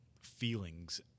feelings